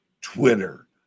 Twitter